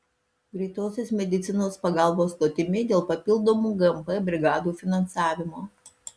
greitosios medicinos pagalbos stotimi dėl papildomų gmp brigadų finansavimo